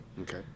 Okay